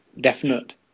definite